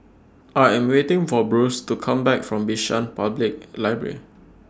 I Am waiting For Bruce to Come Back from Bishan Public Library